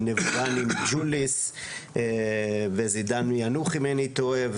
ו --- מג'וליס וזידאן מיאנוח אם אינני טועה.